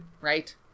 Right